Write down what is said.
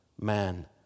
man